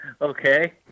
okay